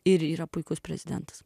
ir yra puikus prezidentas